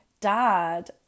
dad